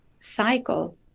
cycle